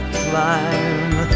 climb